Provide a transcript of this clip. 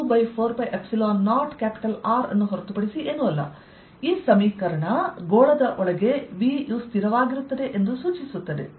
ಇದು Q4π0R ಅನ್ನು ಹೊರತುಪಡಿಸಿ ಏನೂ ಅಲ್ಲ ಈ ಸಮೀಕರಣ ಗೋಳದ ಒಳಗೆ V ಸ್ಥಿರವಾಗಿರುತ್ತದೆ ಎಂದು ಸೂಚಿಸುತ್ತದೆ